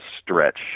stretch